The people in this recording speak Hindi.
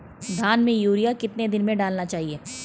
धान में यूरिया कितने दिन में डालना चाहिए?